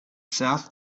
south